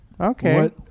Okay